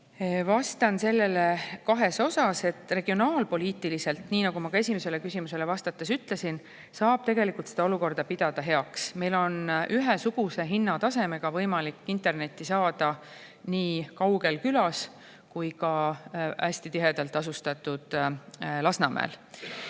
Vastan sellele kahes osas. Regionaalpoliitiliselt, nagu ma ka esimesele küsimusele vastates ütlesin, saab seda olukorda pidada heaks. Meil on võimalik ühesuguse hinnatasemega internetti saada nii kaugel külas kui ka hästi tihedalt asustatud Lasnamäel,